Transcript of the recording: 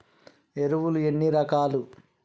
ఎరువులు ఎన్ని రకాలు?